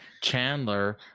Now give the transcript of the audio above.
Chandler